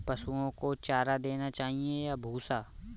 पशुओं को चारा देना चाहिए या भूसा?